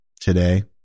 today